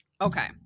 Okay